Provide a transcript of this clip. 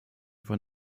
von